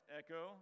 echo